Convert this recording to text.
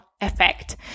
effect